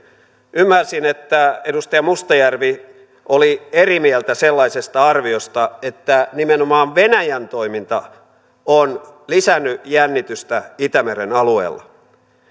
ymmärsin että edustaja mustajärvi oli eri mieltä sellaisesta arviosta että nimenomaan venäjän toiminta on lisännyt jännitystä itämeren alueella